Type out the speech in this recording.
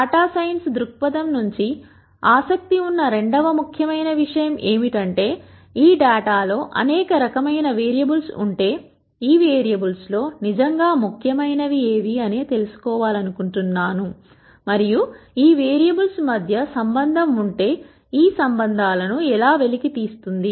data science దృక్పథం నుంచి ఆసక్తి ఉన్న రెండవ ముఖ్యమైన విషయం ఏమిటంటే ఈ డేటా లో అనేక రకమైన వేరియబుల్స్ ఉంటే ఈ వేరియబుల్స్ లో నిజంగా ముఖ్యమైనవీ ఏవి అని తెలుసుకోవాలనుకుంటున్నాను మరియు ఈ వేరియబుల్స్ మధ్య సంబంధం ఉంటే ఈ సంబంధాలను ఎలా వెలికి తీస్తుంది